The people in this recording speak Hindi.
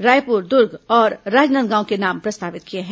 रायपुर दुर्ग और राजनांदगांव के नाम प्रस्तावित किए हैं